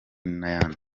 n’ayandi